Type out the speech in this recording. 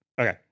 Okay